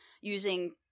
using